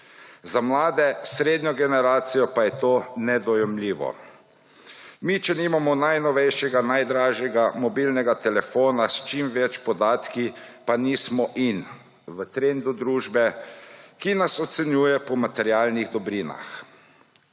za mlade, srednjo generacijo pa je to nedojemljivo. Mi, če nimamo najnovejšega, najdražjega mobilnega telefona s čim več podatki, pa nismo »in«, v trendu družbe, ki nas ocenjuje po materialnih dobrinah.